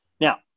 Now